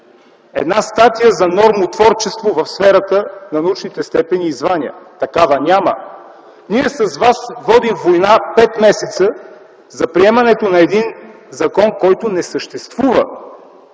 една статия за нормотворчество в сферата на научните степени и звания? Такава няма! Ние с вас водим война пет месеца за приемането на един закон, който не съществува.